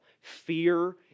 fear